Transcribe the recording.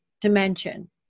dimension